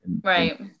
Right